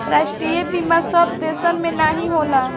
राष्ट्रीय बीमा सब देसन मे नाही होला